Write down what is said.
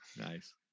Nice